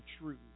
truth